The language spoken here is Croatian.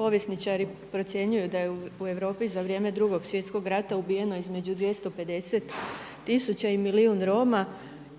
povjesničari procjenjuju da je u Europi za vrijeme Drugog svjetskog rata ubijeno između 250 tisuća i milijun Roma